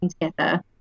together